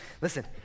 Listen